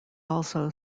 also